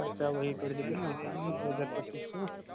खरचा वएह पड़ि जएतै नहि दुइ हजार पचीस सओ